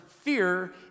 fear